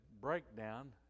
breakdown